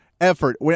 effort